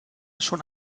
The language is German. schon